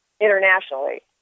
internationally